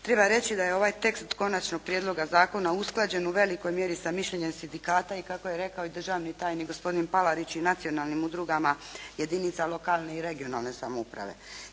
Treba reći da je ovaj tekst konačnog prijedloga zakona usklađen u velikoj mjeri sa mišljenjem sindikata i kako je rekao i državni tajnik gospodin Palarić i nacionalnim udrugama jedinica lokalne i regionalne samouprave.